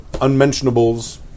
unmentionables